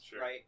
right